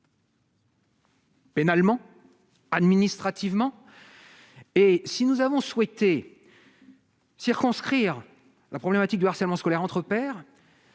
Pénalement administrativement et si nous avons souhaité circonscrire la problématique du harcèlement scolaire entre pairs,